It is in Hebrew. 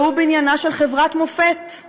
והוא בניינה של חברת מופת,